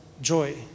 joy